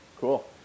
Cool